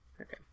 okay